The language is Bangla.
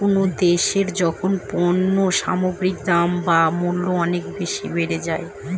কোনো দেশে যখন পণ্য সামগ্রীর দাম বা মূল্য অনেক বেশি বেড়ে যায়